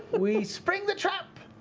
we spring the trap!